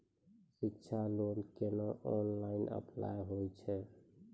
शिक्षा लोन केना online apply होय छै?